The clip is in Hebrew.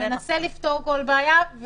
מנסה לפתור כל בעיה.